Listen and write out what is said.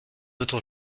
autre